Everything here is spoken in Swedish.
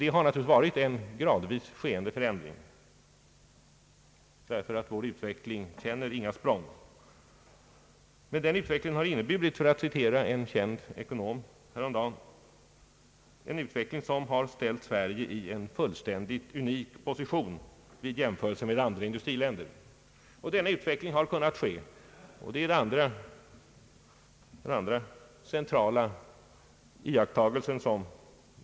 Det har givetvis varit en gradvis skedd förändring, ty vår utveckling känner inga språng. Denna utveckling har ställt Sverige i en fullständigt unik situation vid jämförelse med andra industriländer — för att citera en känd ekonom.